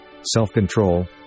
self-control